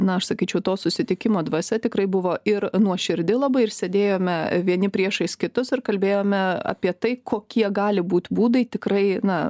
na aš sakyčiau to susitikimo dvasia tikrai buvo ir nuoširdi labai ir sėdėjome vieni priešais kitus ir kalbėjome apie tai kokie gali būt būdai tikrai na